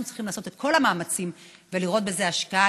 אנחנו צריכים לעשות את כל המאמצים ולראות בזה השקעה,